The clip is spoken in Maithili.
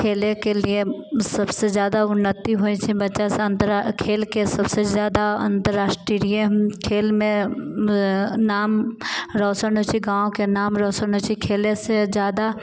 खेलेके लिए सबसे जादा उन्नति होइत छै बच्चा सब अन्तर खेलके सबसे जादा अंतर्रष्ट्रीय खेलमे नाम रौशन होइत छै गाँवके नाम रौशन होइत छै खेलय से जादा